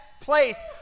place